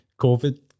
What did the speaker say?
COVID